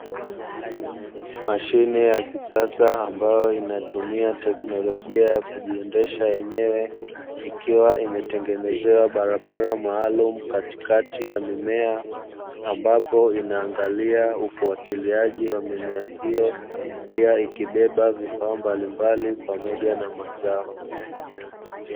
Mashine ya kisasa, ambayo inatumia teknolojia kujiendesha yenyewe, ikiwa imetengenezewa barabara maalumu katikati ya mimea, ambapo inaangalia ufuatiliaji wa mimea hiyo, pia ikibeba vifaa mbalimbali pamoja na mazao.